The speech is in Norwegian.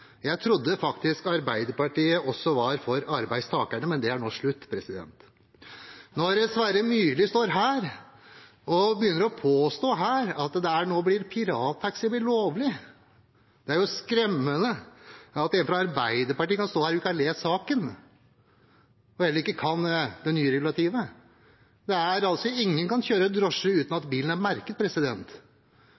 Jeg trodde faktisk Arbeiderpartiet også var for arbeidstakerne, men det er nå slutt. Representanten Sverre Myrli står her og påstår at nå blir pirattaxi lovlig. Det er skremmende at en fra Arbeiderpartiet kan stå her uten å ha lest saken og heller ikke kan det nye regulativet. Ingen kan kjøre drosje uten at bilen er merket. En kan heller ikke kjøre